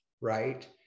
right